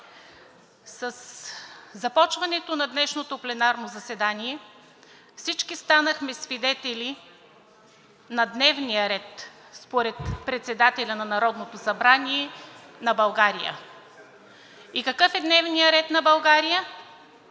Със започването на днешното пленарно заседание всички станахме свидетели на дневния ред според председателя на Народното събрание на България. И какъв е дневният ред на България?